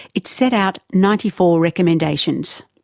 it set out ninety four recommendations.